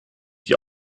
die